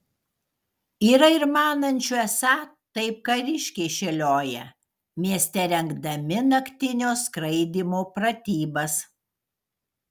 yra ir manančių esą taip kariškiai šėlioja mieste rengdami naktinio skraidymo pratybas